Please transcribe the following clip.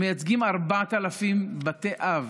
הם מייצגים 4,000 בתי אב